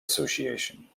association